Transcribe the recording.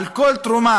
על כל תרומה